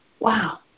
Wow